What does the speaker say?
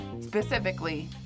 Specifically